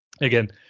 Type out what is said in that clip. again